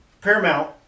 Paramount